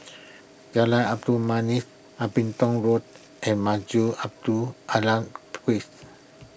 Jalan Labu Manis Abingdon Road and Masjid Abdul Aleem